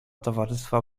towarzystwa